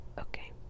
Okay